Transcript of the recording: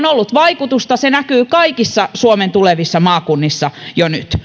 on ollut vaikutusta se näkyy kaikissa suomen tulevissa maakunnissa jo nyt